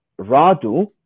Radu